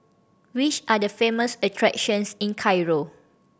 which are the famous attractions in Cairo